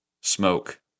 Smoke